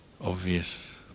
obvious